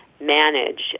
manage